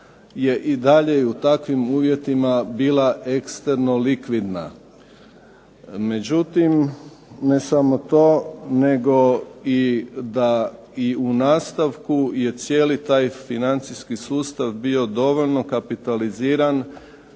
i dalje u takvim uvjetima bila eksterno likvidna. Međutim, ne samo to nego i da u nastavku je cijeli taj financijski sustav bio dovoljno kapitaliziran